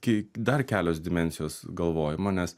kai dar kelios dimensijos galvojimo nes